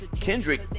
Kendrick